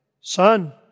Son